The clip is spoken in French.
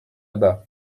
bas